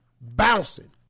Bouncing